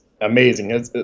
amazing